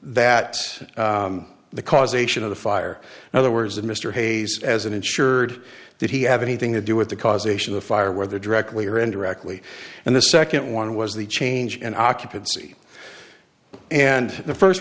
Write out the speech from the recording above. that the causation of the fire and other words of mr hayes as an insured did he have anything to do with the causation of fire whether directly or indirectly and the second one was the change in occupancy and the first